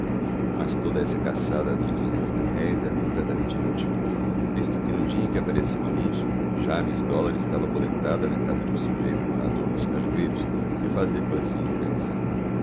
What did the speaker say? mas toda esta caçada dos duzentos mil-réis era completamente inútil visto que no dia em que apareceu o anúncio já miss dollar estava aboletada na casa de um sujeito morador nos cajueiros que fazia coleção de cães